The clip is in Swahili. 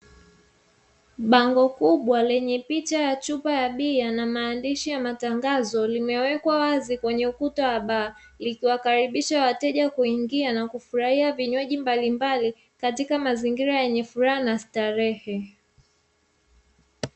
Bango kubwa lenye picha ya chupa ya bia na maandishi ya matangazo limewekwa wazi kwenye ukuta wa baa, likiwakaribisha wateja kuingia na kufurahia vinywaji mbalimbali katika mazingira yenye furaha na starehe.